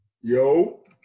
Yo